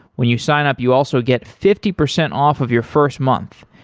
when you sign up, you also get fifty percent off of your first month.